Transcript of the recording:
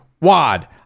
Wad